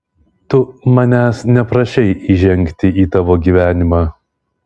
tu manęs neprašei įžengti į tavo gyvenimą